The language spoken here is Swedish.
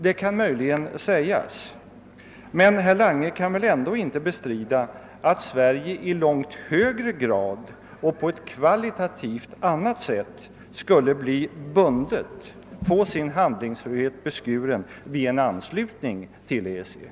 Den kan möjligen hävdas, men herr Lange kan väl ändå inte bestrida att Sverige i långt högre grad och på ett kvalitativt annat sätt skulle få sin handlingsfrihet beskuren vid en anslutning till EEC?